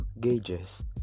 gauges